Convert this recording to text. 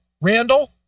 Randall